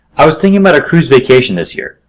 i was thinking about a cruise vacation this year.